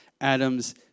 Adam's